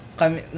kami